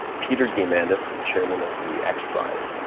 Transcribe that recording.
peter diamandis, chairman of the x prize,